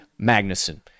Magnuson